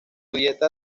dieta